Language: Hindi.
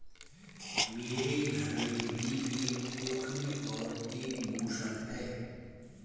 मेरे घर में भी एक ओखली और एक मूसल है